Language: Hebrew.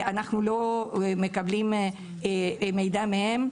אנחנו לא מקבלים מידע מהם.